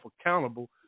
accountable